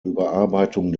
überarbeitung